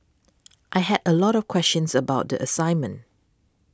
I had a lot of questions about the assignment